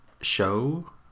show